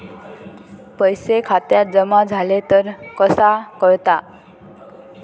पैसे खात्यात जमा झाले तर कसा कळता?